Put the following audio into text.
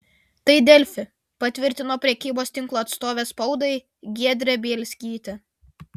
tai delfi patvirtino prekybos tinklo atstovė spaudai giedrė bielskytė